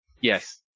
Yes